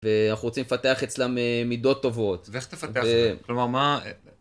ואנחנו רוצים לפתח אצלם מידות טובות. ואיך תפתח את זה? כלומר, מה...